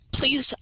Please